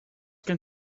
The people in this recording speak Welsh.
gen